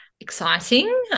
exciting